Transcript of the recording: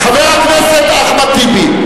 חבר הכנסת אחמד טיבי,